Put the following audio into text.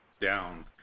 down